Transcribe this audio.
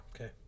Okay